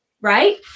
Right